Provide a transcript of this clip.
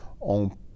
on